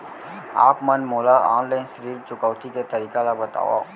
आप मन मोला ऑनलाइन ऋण चुकौती के तरीका ल बतावव?